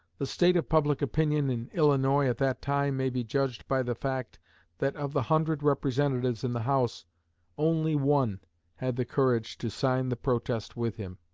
the state of public opinion in illinois at that time may be judged by the fact that of the hundred representatives in the house only one had the courage to sign the protest with him.